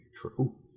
true